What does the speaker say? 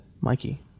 mikey